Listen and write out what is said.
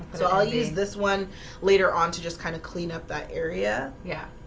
so i'll use this one later on to just kind of clean up that area. yeah